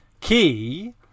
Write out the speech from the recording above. key